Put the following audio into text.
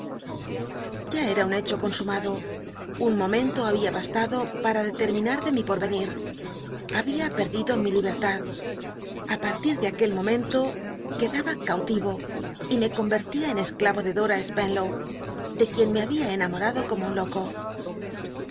ya era un hecho consumado un momento había baslndo para determina de mi ponenir había perdido mi libctad í partir de aquel momento quedaba cautiyo y me conyerlia en escl lo de dora spenlow de quien me había cnamorado como un loco